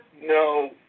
No